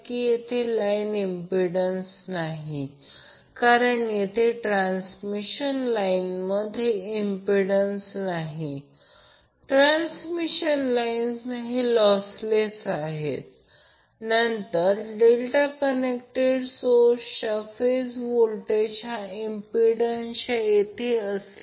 तर आणखी एक लहान उदाहरण घ्या एक बॅलन्सड ∆ कनेक्टेड लोड ज्यामध्ये इम्पेडन्स 20 j 15 Ω आहे जो ∆ कनेक्टेड सोर्सला जोडलेले आहे व्होल्टेज 330 अँगल 0° आहे Vab दिले आहे